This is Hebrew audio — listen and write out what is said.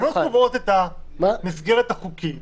התקנות קובעות את המסגרת החוקית